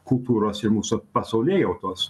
kultūros ir mūsų pasaulėjautos